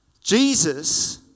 Jesus